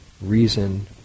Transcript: reason